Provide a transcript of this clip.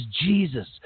Jesus